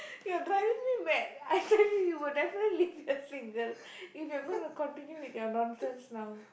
you are driving me mad I tell you you will definitely leave single if you are going to continue with your nonsense now